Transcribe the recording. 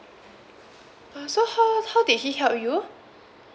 ah so how how did he help you